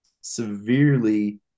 severely